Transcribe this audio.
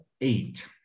eight